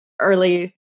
early